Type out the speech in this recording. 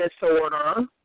disorder